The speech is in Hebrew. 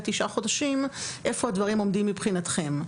תשעה חודשים איפה הדברים עומדים מבחינתכם.